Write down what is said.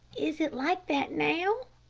is it like that now?